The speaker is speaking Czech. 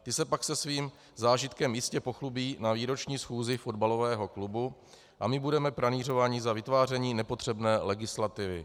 Ty se pak se svým zážitkem jistě pochlubí na výroční schůzi fotbalového klubu a my budeme pranýřováni za vytváření nepotřebné legislativy.